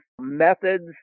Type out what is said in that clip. methods